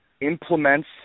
implements